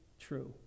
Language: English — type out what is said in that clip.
true